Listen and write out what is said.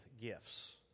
gifts